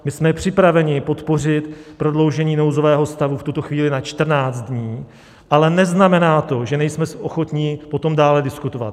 My jsme připraveni podpořit prodloužení nouzového stavu v tuto chvíli na čtrnáct dní, ale neznamená to, že nejsme ochotni potom dále diskutovat.